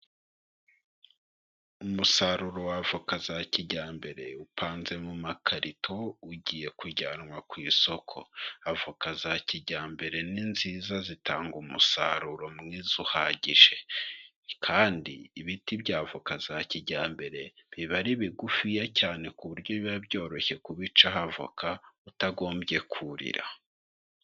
Umusaruro w'avoka za kijyambere upanze mu makarito ugiye kujyanwa ku isoko. Avoka za kijyambere ni nziza zitanga umusaruro mwiza uhagije kandi ibiti by' avoka za kijyambere biba ari bigufiya cyane, ku buryo biba byoroshye kubicaho avoka utagombye kurira.